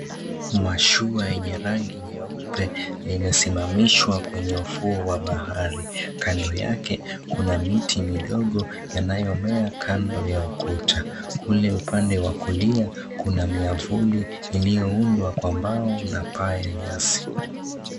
Mashua yenye rangi nyeupe limesimamishwa kwenye ufuo wa bahari. Kando yake kuna miti midogo yanayomea kando ya ukuta. Kule upande wa kulia kuna miavuli iliyoundwa kwa mbao na paa ya nyasi.